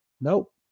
Nope